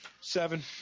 Seven